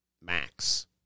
Max